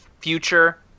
future